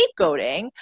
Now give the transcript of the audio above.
scapegoating